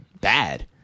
bad